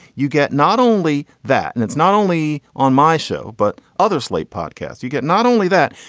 you get not only that and it's not only on my show but other slate podcasts. you get not only that,